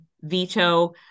veto